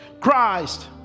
Christ